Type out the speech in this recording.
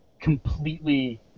completely